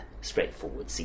straightforward